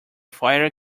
fire